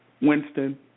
Winston